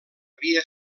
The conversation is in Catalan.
havia